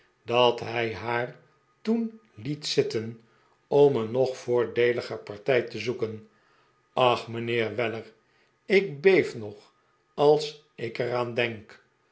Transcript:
dat hij haar toen liet zitten om een nog voordeeliger partij te zoeken ach mijnheer weiler ik beef nog als ik er aan denk